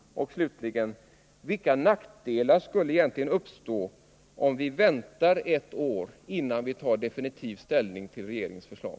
Och slutligen: Vilka nackdelar skulle egentligen uppstå, om vi väntar ett år innan vi tar definitiv ställning till regeringens förslag?